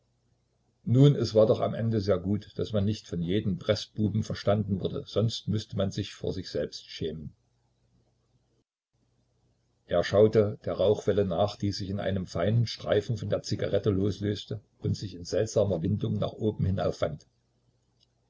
nun es war doch am ende sehr gut daß man nicht von jedem preßbuben verstanden wurde sonst müßte man sich vor sich selbst schämen er schaute der rauchwelle nach die sich in einem feinen streifen von der zigarette loslöste und sich in seltsamer windung nach oben hinaufwand